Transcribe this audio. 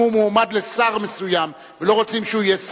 אם הוא מועמד להיות שר מסוים ולא רוצים שהוא יהיה שר,